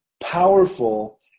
Powerful